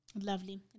Lovely